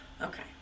Okay